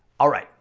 all right,